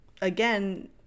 again